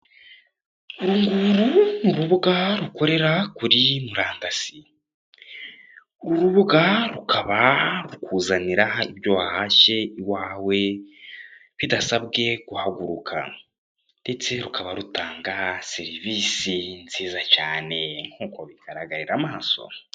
Urunguru ni urubuga rukorera kuri murandasi, uru rubuga rukaba rukuzanira ibyo wahashye iwawe bidasabwe guhaguruka, ndetse rukaba rutanga serivisi nziza cyane nk'uko bigaragarira amaso.